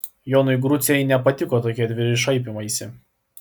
jonui grucei nepatiko tokie atviri šaipymaisi